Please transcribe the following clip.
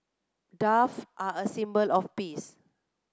dove are a symbol of peace